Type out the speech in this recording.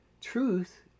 Truth